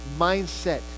mindset